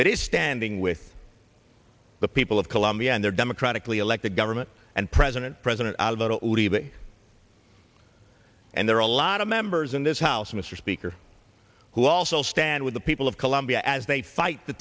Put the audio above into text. that is standing with the people of colombia and their democratically elected government and president president out of the levy and there are a lot of members in this house mr speaker who also stand with the people of colombia as they fight the